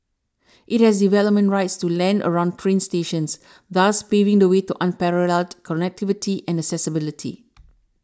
it has development rights to land around train stations thus paving the way to unparalleled connectivity and accessibility